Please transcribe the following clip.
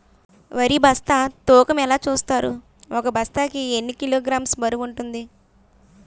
వరి బస్తా తూకం ఎలా చూస్తారు? ఒక బస్తా కి ఎన్ని కిలోగ్రామ్స్ బరువు వుంటుంది?